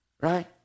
Right